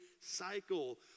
cycle